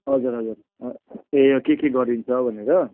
हजुर हजुर ए के के गरिन्छ भनेर